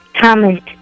Comment